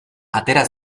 atera